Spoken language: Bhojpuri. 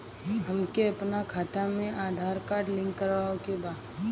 हमके अपना खाता में आधार लिंक करावे के बा?